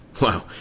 Wow